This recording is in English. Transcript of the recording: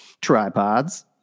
tripods